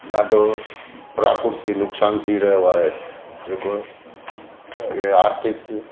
ॾाढो प्रकृति नुक़सानु थी रहियो आहे जेको आर्थिक